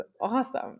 awesome